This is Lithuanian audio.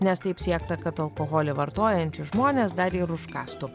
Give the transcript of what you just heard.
nes taip siekta kad alkoholį vartojantys žmonės dar ir užkąstų